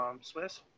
Swiss